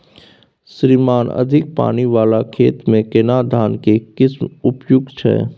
श्रीमान अधिक पानी वाला खेत में केना धान के किस्म उपयुक्त छैय?